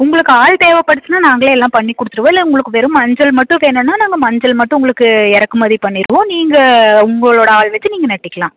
உங்களுக்கு ஆள் தேவைப்பட்டுச்சின்னால் நாங்களே எல்லாம் பண்ணிக் கொடுத்துடுவோம் இல்லை உங்களுக்கு வெறும் மஞ்சள் மட்டும் வேணுன்னா நாங்கள் மஞ்சள் மட்டும் உங்களுக்கு இறக்குமதி பண்ணிடுவோம் நீங்கள் உங்களோடய ஆள் வச்சு நீங்கள் நட்டுக்கலாம்